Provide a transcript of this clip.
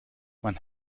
man